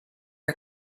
are